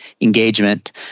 engagement